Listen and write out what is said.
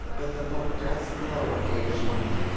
but the book does glow occasionally.